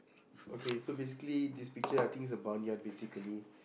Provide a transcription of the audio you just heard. okay so basically this picture I think is a barnyard basically